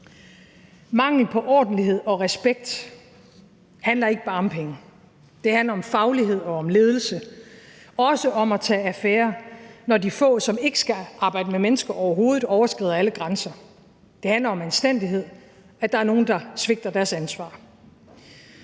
Mangel på ordentlighed og respekt handler ikke bare om penge, det handler om faglighed og ledelse og også om at tage affære, når de få, som overhovedet ikke skal arbejde med mennesker, overskrider alle grænser. Det handler om anstændighed og om, at der er nogle, der svigter deres ansvar.